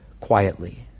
quietly